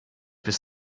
bis